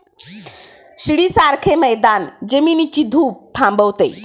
शिडीसारखे मैदान जमिनीची धूप थांबवते